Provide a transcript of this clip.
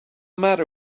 matter